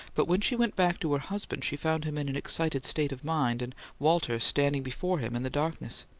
but when she went back to her husband, she found him in an excited state of mind, and walter standing before him in the darkness.